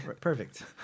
Perfect